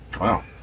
Wow